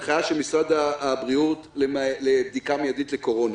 ההנחיה של משרד הבריאות לבדיקה מידית לקורונה.